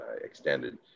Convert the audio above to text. extended